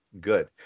good